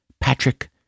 Patrick